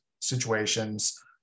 situations